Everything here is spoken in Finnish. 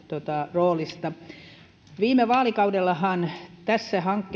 roolista viime vaalikaudellahan tässä hankkeessa sadanviidenkymmenen